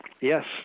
yes